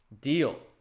deal